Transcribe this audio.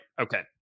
okay